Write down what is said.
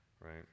right